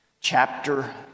chapter